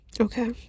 Okay